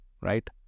right